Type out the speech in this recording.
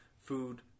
food